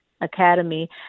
Academy